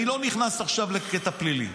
אני לא נכנס עכשיו לקטע פלילי,